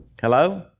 Hello